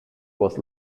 was